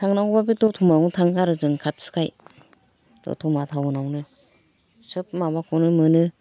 थांनांगौबा बे द'तमायावनो थाङो आरो जों खाथिखाय द'तमा टाउनावनो सोब माबाखौनो मोनो